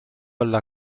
alla